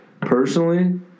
personally